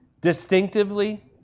Distinctively